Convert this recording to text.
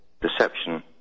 deception